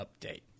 update